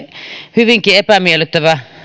hyvinkin epämiellyttävä